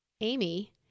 Amy